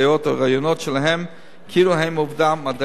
או רעיונות שלהם כאילו הם עובדה מדעית.